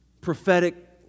prophetic